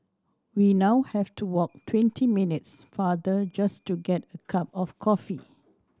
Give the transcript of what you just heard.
we now have to walk twenty minutes farther just to get a cup of coffee